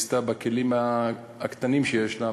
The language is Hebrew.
בכלים הקטנים שיש לה,